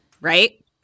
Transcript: right